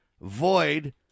void